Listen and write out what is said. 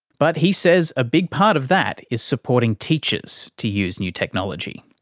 but he says a big part of that is supporting teachers to use new technology.